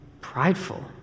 prideful